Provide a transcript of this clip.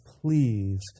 pleased